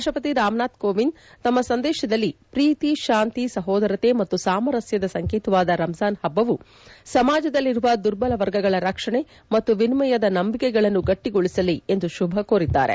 ರಾಷ್ಷಪತಿ ರಾಮನಾಥ್ ಕೋವಿಂದ್ ತಮ್ಮ ಸಂದೇಶದಲ್ಲಿ ಪ್ರೀತಿ ಶಾಂತಿ ಸಹೋದರತೆ ಮತ್ತು ಸಾಮರಸ್ಥದ ಸಂಕೇತವಾದಿ ರಂಜಾನ್ ಪಬ್ಸವು ಸಮಾಜದಲ್ಲಿರುವ ದುರ್ಬಲ ವರ್ಗಗಳ ರಕ್ಷಣೆ ಮತ್ತು ವಿನಿಮಯದ ನಂಬಿಕೆಗಳನ್ನು ಗಟ್ಟಿಗೊಳಿಸಲಿ ಎಂದು ಶುಭ ಕೋರಿದ್ದಾರೆ